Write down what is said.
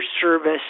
service